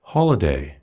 Holiday